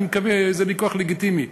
זה ויכוח לגיטימי.